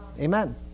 Amen